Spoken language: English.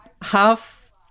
Half